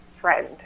friend